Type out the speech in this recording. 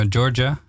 Georgia